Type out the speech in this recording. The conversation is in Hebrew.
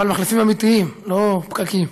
אבל מחלפים אמיתיים, לא פקקים.